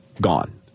gone